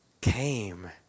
came